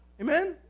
Amen